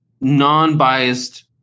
non-biased